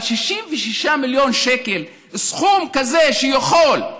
אבל 66 מיליון שקל, סכום כזה יכול,